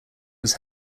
was